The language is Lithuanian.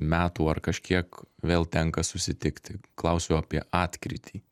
metų ar kažkiek vėl tenka susitikti klausiu apie atkrytį